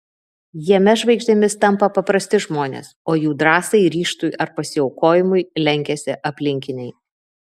jame žvaigždėmis tampa paprasti žmonės o jų drąsai ryžtui ar pasiaukojimui lenkiasi aplinkiniai